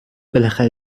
بالاخره